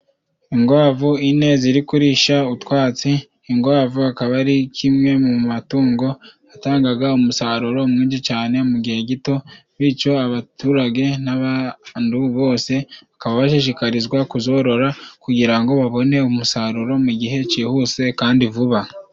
Ingwavu ine ziri kurisha utwatsi, ingwavu akaba ari kimwe mu matungo atangaga umusaruro mwinshi cane mu gihe gito, bico abaturage n'abantu bose bakaba bashishikarizwa kuzorora, kugira ngo babone umusaruro mu gihe cihuse kandi vuba.